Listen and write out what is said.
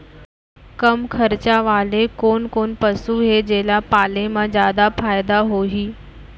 कम खरचा वाले कोन कोन पसु हे जेला पाले म जादा फायदा होही?